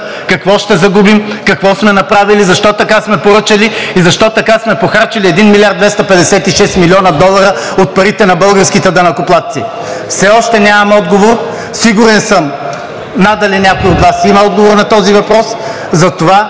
какво ще загубим, какво сме направили, защо така сме поръчали и защо така сме похарчили 1 млрд. 256 млн. долара от парите на българските данъкоплатци. Все още нямам отговор. Сигурен съм, надали някой от Вас има отговор на този въпрос,